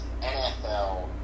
NFL